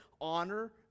honor